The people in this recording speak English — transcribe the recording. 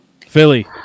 Philly